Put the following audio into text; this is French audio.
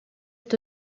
est